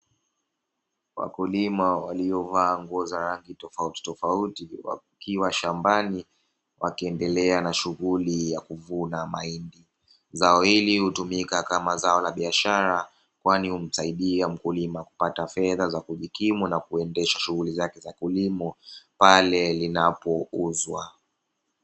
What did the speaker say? Wakulima waliovaa nguo za rangi tofautitofauti, wakiwa shambani wakiendelea na shughuli ya kuvuna mahindi. Zao hili hutumika kama zao la biashara, kwani humsaidia mkulima kupata fedha za kujikimu na kuendesha shughuli zake za kilimo pale zinapouzwa.